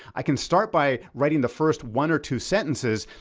i can start by writing the first one or two sentences.